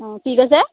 অঁ কি কৈছে